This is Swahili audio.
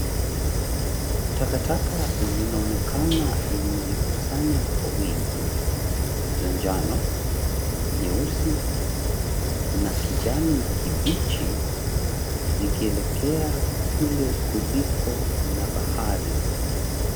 Takataka zinaonekana zimejikusanya kwa wingi, za njano, nyeusi na kijani kibichi, zikielekea kule kuliko na bahari.